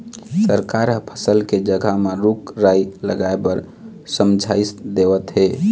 सरकार ह फसल के जघा म रूख राई लगाए बर समझाइस देवत हे